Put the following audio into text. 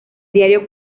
diario